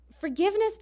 forgiveness